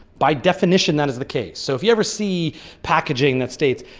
by definition, that is the case. so if you ever see packaging that states,